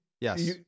Yes